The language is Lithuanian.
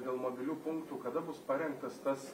dėl mobilių punktų kada bus parengtas tas